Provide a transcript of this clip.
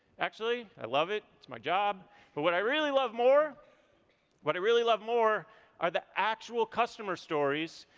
actually. i love it, it's my job. but what i really love more what i really love more are the actual customer stories,